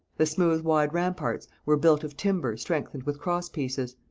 the smooth, wide ramparts were built of timber strengthened with cross-pieces.